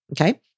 Okay